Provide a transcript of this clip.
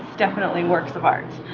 definitely works of art.